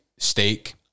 steak